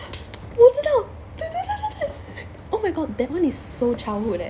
我知道对对对对对 oh my god that one is so childhood eh